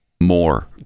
more